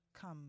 come